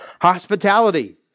hospitality